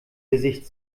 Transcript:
gesicht